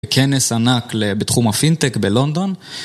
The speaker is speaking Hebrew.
כנס ענק בתחום הפינטק בלונדון